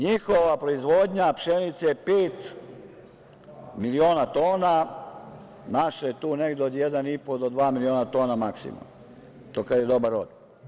Njihova proizvodnja pšenice je pet miliona tona, naša je tu negde od 1,5 do dva miliona tona maksimalno, to kad je dobar rod.